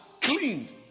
cleaned